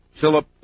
Philip